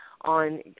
on